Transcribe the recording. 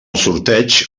sorteig